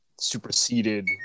superseded